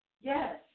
Yes